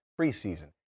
preseason